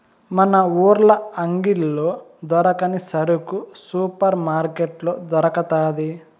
మన ఊర్ల అంగిల్లో దొరకని సరుకు సూపర్ మార్కట్లో దొరకతాది